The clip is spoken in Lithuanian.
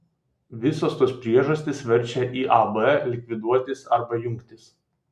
visos tos priežastys verčia iab likviduotis arba jungtis